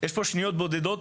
יש פה שניות בודדות,